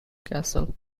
castle